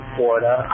Florida